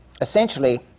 essentially